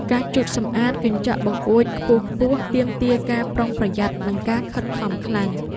ការជូតសម្អាតកញ្ចក់បង្អួចខ្ពស់ៗ ទាមទារការប្រុងប្រយ័ត្ន និងការខិតខំខ្លាំង។